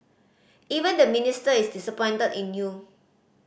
even the Minister is disappointed in you